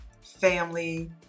family